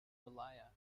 malaya